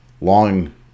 long